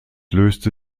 löste